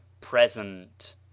Present